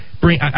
bring